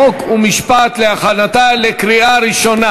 חוק ומשפט להכנתה לקריאה ראשונה.